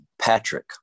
Patrick